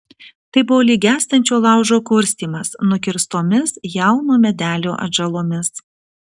tai buvo lyg gęstančio laužo kurstymas nukirstomis jauno medelio atžalomis